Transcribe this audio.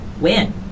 win